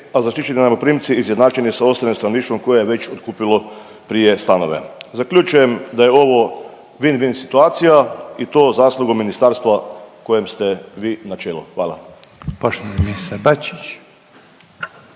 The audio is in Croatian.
a zaštićeni najmoprimci izjednačeni sa ostalim stanovništvom koje je već otkupilo prije stanove. Zaključujem da je ovo vin-vin situacija i to zaslugom ministarstva kojem ste vi na čelu, hvala.